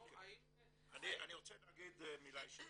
אני רוצה להגיד מילה אישית.